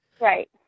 Right